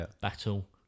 battle